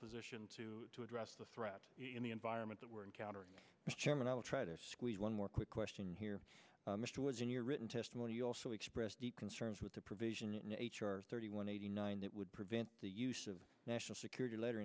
positioned to to address the threat in the environment that we're encountering mr chairman i will try to squeeze one more quick question here mr was in your written testimony you also expressed deep concerns with the provision that nature thirty one eighty nine that would prevent the use of national security letter